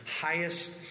highest